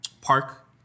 Park